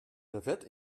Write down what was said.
servet